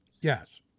Yes